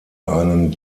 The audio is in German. einen